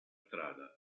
strada